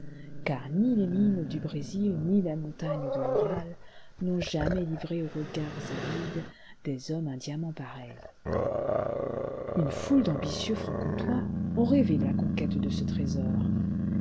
car ni les mines du brésil ni les montagnes de l'oural n'ont jamais livré aux regards avides des hommes un diamant pareil une foule d'ambitieux francomtois ont rêvé la conquête de ce trésor